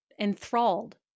enthralled